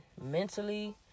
mentally